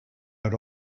are